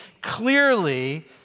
clearly